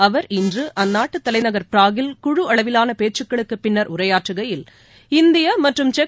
அவர் இன்று அஅ்நாட்டு தலைநகர் ப்ராகில் குழு அளவிலான பேச்சுக்களுக்குப் பின்னர் உரையாற்றுகையில் இந்திய மற்றும் செக்